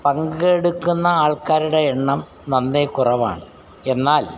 പങ്കെടുക്കുന്ന ആൾക്കാരുടെ എണ്ണം നന്നേ കുറവാണ് എന്നാൽ